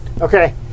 Okay